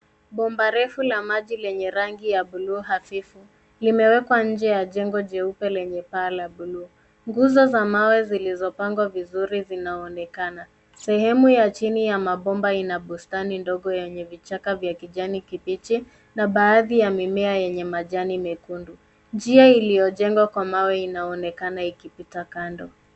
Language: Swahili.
Bomba refu la maji lenye rangi ya bluu hafifu limewekwa nje ya jengo jeupe lenye paa la bluu. Nguzo za mawe zilizopangwa vizuri zinaonekana. Sehemu ya chini ya mabomba ina bustani ndogo yenye vichaka vya kijani kibichi na baadhi ya mimea yenye majani mekundu. Njia iliyojengwa kwa mawe inaonekana ikipita kando.